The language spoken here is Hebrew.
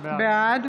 בעד